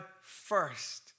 first